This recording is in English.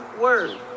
word